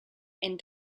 and